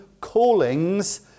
callings